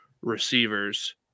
receivers